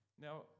now